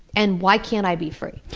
and why can't i be free?